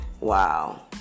Wow